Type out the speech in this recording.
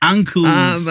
Uncles